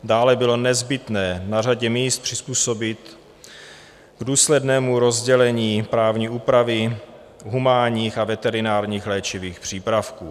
Dále bylo nezbytné na řadě míst se přizpůsobit k důslednému rozdělení právní úpravy humánních a veterinárních léčivých přípravků.